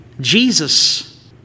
Jesus